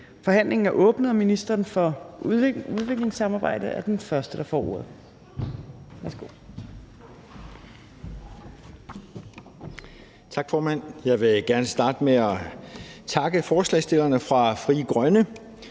Forhandlingen er åbnet, og ministeren for udviklingssamarbejde er den første, der får ordet.